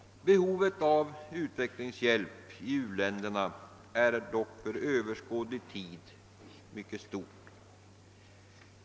Behovet av utvecklingshjälp i u-länderna är dock för överskådlig tid mycket stort.